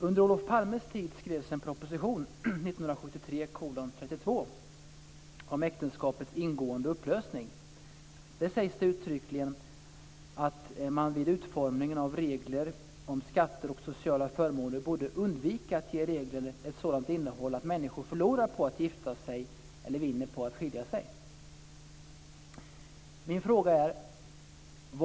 Under Olof Palmes tid skrevs en proposition, Där sägs det uttryckligen att man vid utformningen av regler om skatter och sociala förmåner borde undvika att ge reglerna ett sådant innehåll att människor förlorar på att gifta sig eller vinner på att skilja sig.